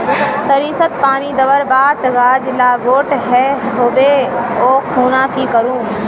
सरिसत पानी दवर बात गाज ला बोट है होबे ओ खुना की करूम?